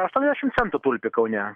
aštuoniasdešimt centų tulpė kaune